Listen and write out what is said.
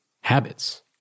habits